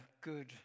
good